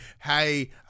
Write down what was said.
hey